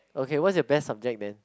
okay what's your best subject then